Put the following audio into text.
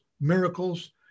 miracles